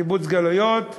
קיבוץ גלויות.